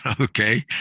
okay